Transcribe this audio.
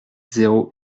zéro